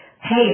Hey